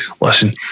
listen